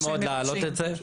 חשוב מאוד להעלות את זה,